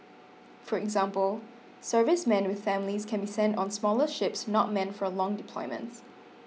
for example servicemen with families can be sent on smaller ships not meant for long deployments